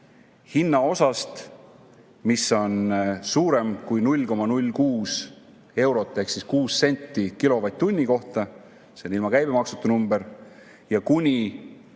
hinnaosast, mis on suurem kui 0,06 eurot ehk 6 senti kilovatt-tunni kohta – see on ilma käibemaksuta number –, ja kuni